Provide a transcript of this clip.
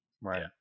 right